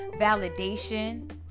validation